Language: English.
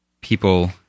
people